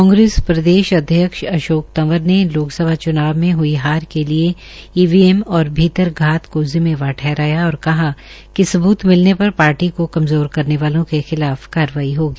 कांग्रेस प्रदेश अध्यक्ष अशोक तंवर ने लोकसभा च्नाव में हई हार के लिये ईवीएम और भीतरधात को जिम्मेदार ठहराया और कहा कि सबूत मिलने पर पार्टी को कमज़ोर करने वालों के खिलाफ कारवाई होगी